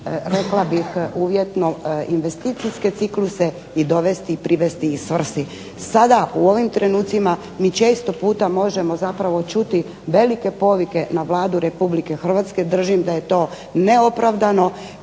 rekla bih uvjetno investicijske cikluse i dovesti i privesti ih svrsi. Sada, u ovim trenucima, mi često puta možemo zapravo čuti velike povike na Vladu RH, držim da je to neopravdano